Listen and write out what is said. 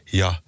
ja